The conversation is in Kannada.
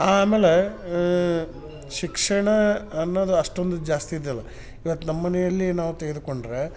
ಆಮೇಲೆ ಶಿಕ್ಷಣ ಅನ್ನೋದು ಅಷ್ಟೊಂದು ಜಾಸ್ತಿ ಇದ್ದಿಲ್ಲ ಇವತ್ತು ನಮ್ಮ ಮನೆಯಲ್ಲಿ ನಾವು ತೆಗೆದುಕೊಂಡರೆ